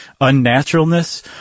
unnaturalness